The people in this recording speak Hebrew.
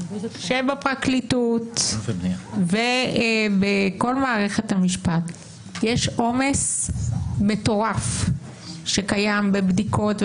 שבפרקליטות ובכל מערכת המשפט יש עומס מטורף שקיים בבדיקות,